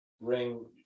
Ring